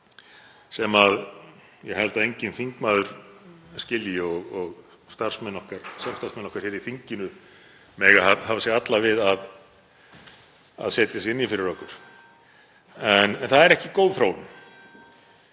sem ég held að enginn þingmaður skilji og samstarfsmenn okkar hér í þinginu mega hafa sig alla við að setja sig inn í fyrir okkur. En það er ekki góð þróun.